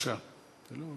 התשע"ד 2014,